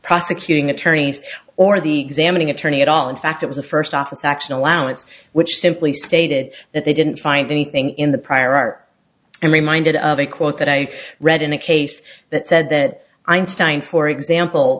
prosecuting attorneys or the examining attorney at all in fact it was a first office action allowance which simply stated that they didn't find anything in the prior art i'm reminded of a quote that i read in a case that said that einstein for example